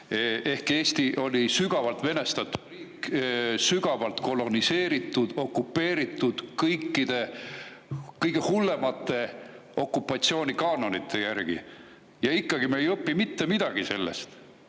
Eesti oli sügavalt venestatud riik, sügavalt koloniseeritud, okupeeritud kõikide kõige hullemate okupatsiooni kaanonite järgi ja ikkagi me ei õppinud sellest